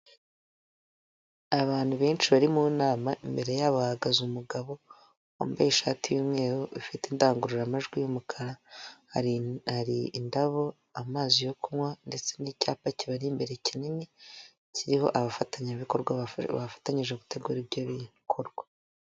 Abantu benshi bari mu nama imbere yabo bahagaze umugabo wambaye ishati y'umweru ifite indangururamajwi y'umukara, hari ari indabo amazi yo kunywa ndetse n'icyapa kibari imbere kinini kiriho abafatanyabikorwafa bafatanyije gutegura ibyo bikorwa.